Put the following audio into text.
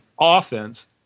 offense